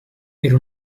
era